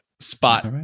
spot